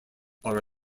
are